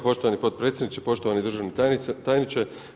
Poštovani potpredsjedniče, poštovani državni tajniče.